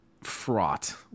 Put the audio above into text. fraught